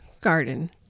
garden